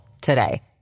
today